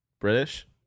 British